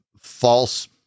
false